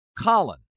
Colin